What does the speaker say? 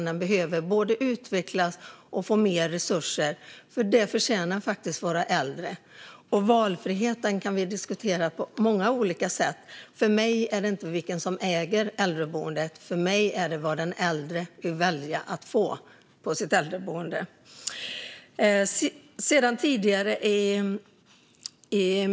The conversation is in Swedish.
Den behöver både utvecklas och få mer resurser, för det förtjänar våra äldre. Valfriheten kan vi diskutera på många olika sätt. För mig handlar det inte om vilken som äger äldreboendet. För mig är det vad den äldre vill välja att få på sitt äldreboende. Fru talman!